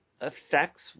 affects